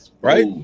right